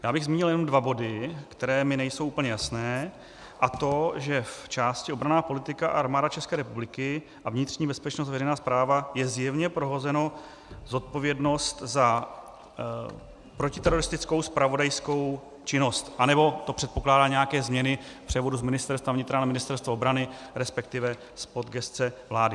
Já bych zmínil jenom dva body, které mi nejsou úplně jasné, a to že v části Obranná politika a Armáda ČR a Vnitřní bezpečnost a veřejná správa je zjevně prohozena zodpovědnost za protiteroristickou zpravodajskou činnost, anebo to předpokládá nějaké změny v převodu z Ministerstva vnitra na Ministerstvo obrany, resp. z pod gesce vlády.